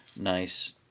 nice